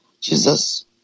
Jesus